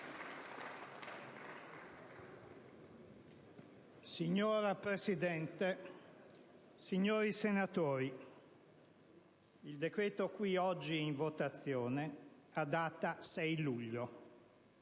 Signor Presidente, signori senatori, il decreto oggi in votazione ha data 6 luglio.